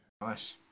Nice